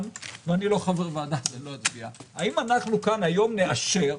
ואני לא חבר בוועדה אז לא אצביע האם אנחנו כאן היום נאשר